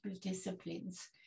disciplines